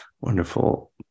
wonderful